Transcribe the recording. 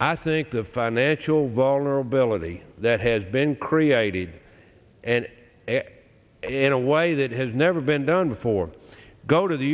i think the financial vulnerability that has been created and a in a way that has never been done before go to the